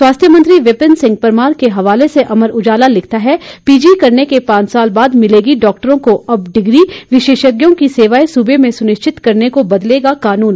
स्वास्थ्य मंत्री विपिन सिंह परमार के हवाले से अमर उजाला लिखता है पीजी करने के पांच साल बाद मिलेगी डॉक्टरों को अब डिग्री विशेषज्ञों की सेवाएं सूबे में सुनिश्चित करने को बदलेगा कानून